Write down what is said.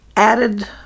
added